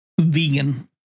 Vegan